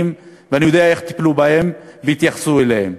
ואני יודע איך טיפלו בהם והתייחסו אליהם.